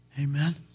Amen